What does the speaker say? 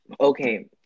okay